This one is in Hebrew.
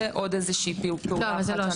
זה עוד איזושהי פעולה אחת.